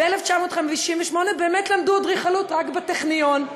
ב-1958 באמת למדו אדריכלות רק בטכניון,